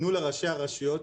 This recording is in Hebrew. תנו לראשי הרשויות